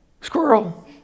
Squirrel